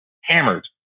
hammered